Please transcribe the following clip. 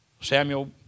Samuel